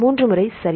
மூன்று முறை சரி